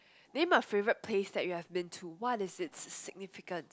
name a favourite place that you have been to what is it significant